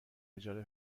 اجاره